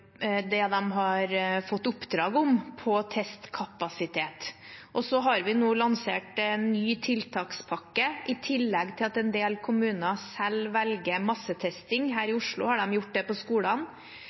det de har fått oppdrag om på testkapasitet. Så har vi nå lansert en ny tiltakspakke, i tillegg til at en del kommuner selv velger massetesting. Her i